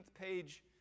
page